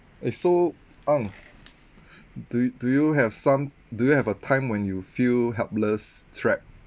eh so ang do do you have some do you have a time when you feel helpless trapped